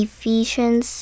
Ephesians